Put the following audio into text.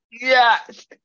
Yes